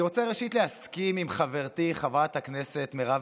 אני רוצה להסכים עם חברתי חברת הכנסת מירב